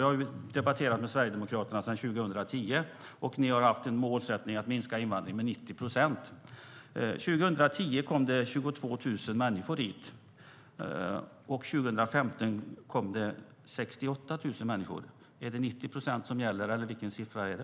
Jag har debatterat med Sverigedemokraterna sedan 2010, och ni har haft målsättningen att minska invandringen med 90 procent. År 2010 kom det 22 000 människor hit. År 2015 kom det 68 000 människor. Är det 90 procent som gäller, eller vilken siffra är det?